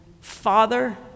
father